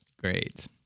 Great